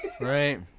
Right